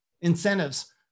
incentives